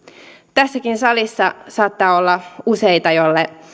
tässäkin salissa saattaa olla useita joille